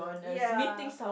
ya